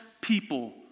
people